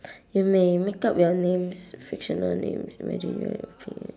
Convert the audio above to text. you may make up your names fictional names imagine you are